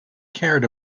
cared